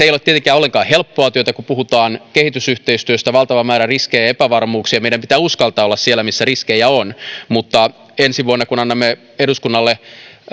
ei ole tietenkään ollenkaan helppoa työtä kun puhutaan kehitysyhteistyöstä valtava määrä riskejä ja epävarmuuksia meidän pitää uskaltaa olla siellä missä riskejä on mutta ensi vuonna kun annamme eduskunnalle